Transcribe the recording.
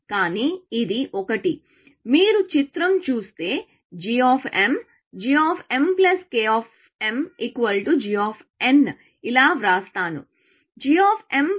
కానీ ఇది ఒకటిమీరు చిత్రం చూస్తే g gkg